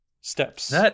Steps